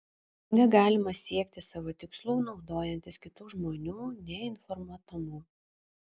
negalima siekti savo tikslų naudojantis kitų žmonių neinformuotumu